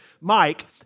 Mike